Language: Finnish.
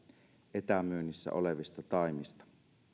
etämyynnissä olevista taimista